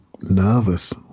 nervous